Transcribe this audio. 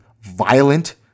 violent